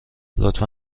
لطفا